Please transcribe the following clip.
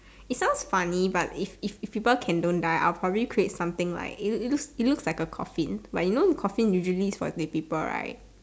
it sounds funny but if if if people can don't die I'll probably create something like it it looks it looks like a coffin but you know coffin usually is for dead people right